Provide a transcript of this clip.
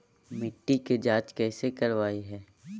मिट्टी के जांच कैसे करावय है?